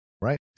Right